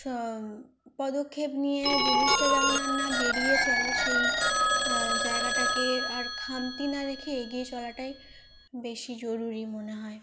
শ পদক্ষেপ নিয়ে জিনিসটা যেমন আর না বেড়িয়ে চলে সেই জায়গাটাকে আর খামতি না রেখে এগিয়ে চলাটাই বেশি জরুরী মনে হয়